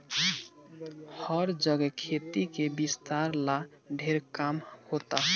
हर जगे खेती के विस्तार ला ढेर काम होता